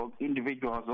individuals